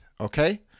Okay